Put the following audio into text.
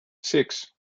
six